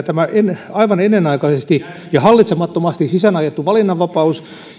tämä aivan ennenaikaisesti ja hallitsemattomasti sisäänajettu valinnanvapaus